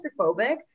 claustrophobic